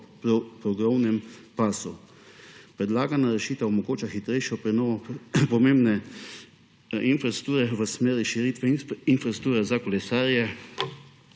progovnem pasu. Predlagana rešitev omogoča hitrejšo prenovo pomembne infrastrukture v smeri širitve infrastrukture za kolesarjenje